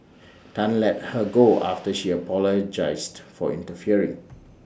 Tan let her go after she apologised for interfering